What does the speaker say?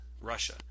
Russia